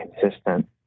consistent